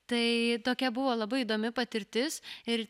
tai tokia buvo labai įdomi patirtis ir